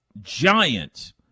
giant